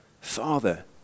Father